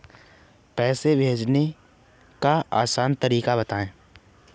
पैसे भेजने का आसान तरीका बताए?